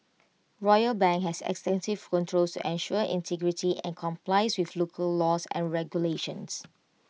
royal bank has extensive controls to ensure integrity and complies with local laws and regulations